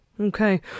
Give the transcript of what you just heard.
Okay